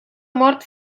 mort